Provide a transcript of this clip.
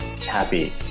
happy